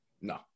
No